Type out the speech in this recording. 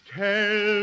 tell